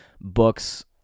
books